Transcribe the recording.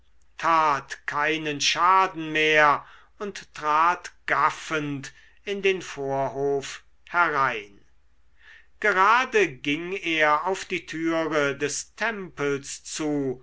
tat keinen schaden mehr und trat gaffend in den vorhof herein gerade ging er auf die türe des tempels zu